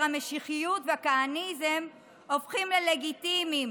המשיחיות והכהניזים הופכים ללגיטימיים,